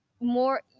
more